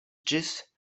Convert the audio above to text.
ĝis